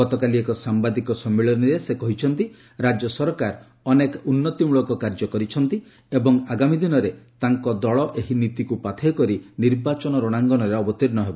ଗତକାଲି ଏକ ସାମ୍ଭାଦିକ ସମ୍ମିଳନୀରେ ସେ କହିଛନ୍ତି ରାଜ୍ୟ ସରକାର ଅନେକ ଉନ୍ନତିମୂଳକ କାର୍ଯ୍ୟ କରିଛନ୍ତି ଏବଂ ଆଗାମୀ ଦିନରେ ତାଙ୍କ ଦଳ ଏହି ନୀତିକୁ ପାଥେୟ କରି ନିର୍ବାଚନ ରଣାଙ୍ଗନରେ ଅବତୀର୍ଣ୍ଣ ହେବ